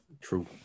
True